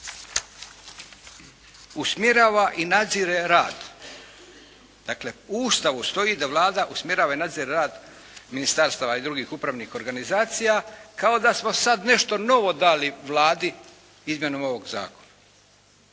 usmjerava i nadzire rad…". Dakle, u Ustavu stoji da Vlada usmjerava i nadzire rad ministarstava i drugih upravnih organizacija kao da smo sad nešto novo dali Vladi izmjenom ovog zakona.